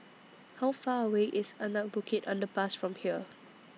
How Far away IS Anak Bukit Underpass from here